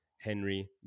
Henry